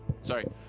Sorry